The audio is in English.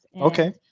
Okay